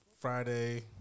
Friday